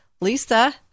Lisa